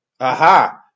Aha